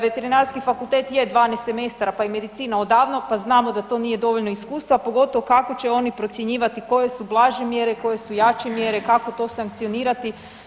Veterinarski fakultet je 12 semestara pa i medicina odavno pa znamo da to nije dovoljno iskustava, a pogotovo kako će oni procjenjivati koje su blaže mjere, koje su jače mjere, kako to sankcionirati.